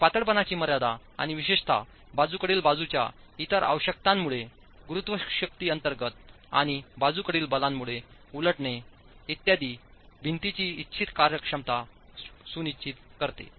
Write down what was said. या पातळपणाची मर्यादा आणि विशेषत बाजूकडील बाजूंच्या इतर आवश्यकतांमुळे गुरुत्व शक्ती अंतर्गत आणि बाजूकडील बलामुळे उलटणे इत्यादी भिंतीची इच्छित कार्यक्षमता सुनिश्चित करते